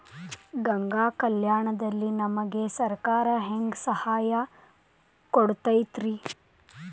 ಗಂಗಾ ಕಲ್ಯಾಣ ದಲ್ಲಿ ನಮಗೆ ಸರಕಾರ ಹೆಂಗ್ ಸಹಾಯ ಕೊಡುತೈತ್ರಿ?